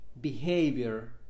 behavior